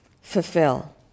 fulfill